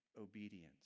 obedience